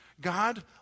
God